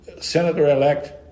senator-elect